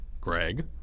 Greg